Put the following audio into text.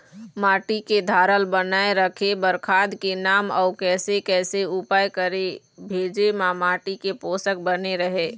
माटी के धारल बनाए रखे बार खाद के नाम अउ कैसे कैसे उपाय करें भेजे मा माटी के पोषक बने रहे?